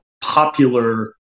popular